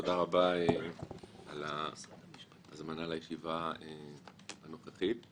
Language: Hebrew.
תודה רבה על ההזמנה לישיבה הנוכחית.